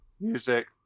music